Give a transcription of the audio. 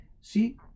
see